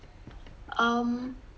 um